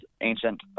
ancient